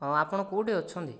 ଆପଣ କେଉଁଠି ଅଛନ୍ତି